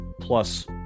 plus